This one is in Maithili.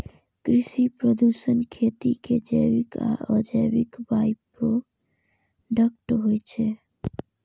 कृषि प्रदूषण खेती के जैविक आ अजैविक बाइप्रोडक्ट होइ छै